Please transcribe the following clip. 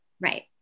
Right